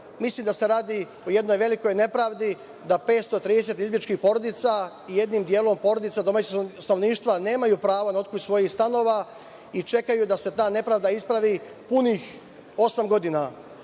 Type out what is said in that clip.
Pazova. Mislim da se radi o jednoj velikoj nepravdi, da 530 izbegličkih porodica i jednim delom porodica domaćeg stanovništva nemaju pravo na otkup svojih stanova i čekaju da se ta nepravda ispravi punih osam